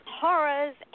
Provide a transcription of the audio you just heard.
horrors